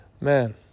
Man